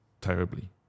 terribly